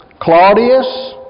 claudius